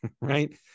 right